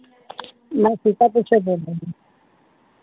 मैं सीतापुर से बोल रही हूँ